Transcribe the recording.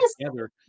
together